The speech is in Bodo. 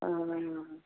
अह